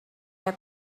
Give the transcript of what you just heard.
had